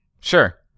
Sure